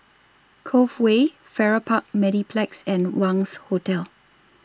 Cove Way Farrer Park Mediplex and Wangz Hotel